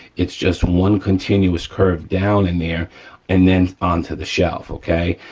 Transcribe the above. it's just one continuous curve down in there and then onto the shelf, okay.